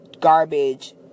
garbage